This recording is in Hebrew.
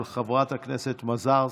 של חברת הכנסת מזרסקי,